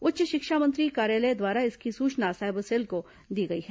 उच्च शिक्षा मंत्री कार्यालय द्वारा इसकी सूचना साइबर सेल को दे दी गई है